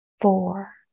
four